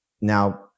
now